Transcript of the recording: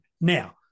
Now